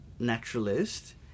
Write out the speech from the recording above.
naturalist